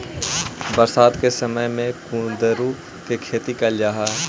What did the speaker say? बरसात के समय में कुंदरू के खेती कैल जा हइ